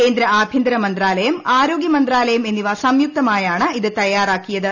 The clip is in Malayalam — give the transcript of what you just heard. കേന്ദ്ര ആഭ്യന്തര മന്ത്രാലയം ആരോഗൃ മന്ത്രാലയം എന്നിവ സംയുക്തമായാണ് ഇത് തയ്യാറാക്കിയത്